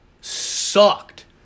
sucked